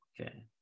Okay